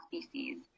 species